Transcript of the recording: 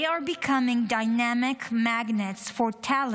They are becoming dynamic magnets for talent